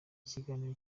ikiganiro